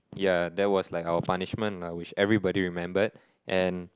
yeah that was like our punishment lah which everybody remembered and